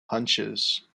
hunches